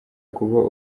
kuba